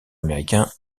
américain